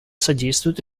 содействуют